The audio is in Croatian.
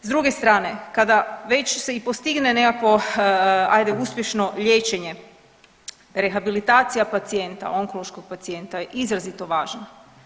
S druge strane kada već se i postigne nekakvo ajde uspješno liječenje, rehabilitacija pacijenta, onkološkog pacijenta je izrazito važna.